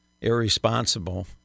irresponsible